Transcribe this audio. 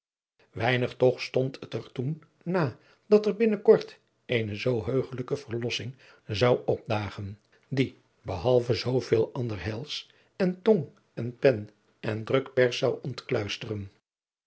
weinig toch stond het er toen na dat er binnen kort eene zoo heugelijke verlosfing zou opdagen die behalve zoo veel ander heils en tong en pen en drukpers zou